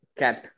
cat